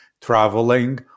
traveling